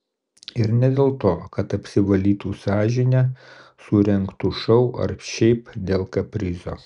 ir ne dėl to kad apsivalytų sąžinę surengtų šou ar šiaip dėl kaprizo